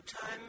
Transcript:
time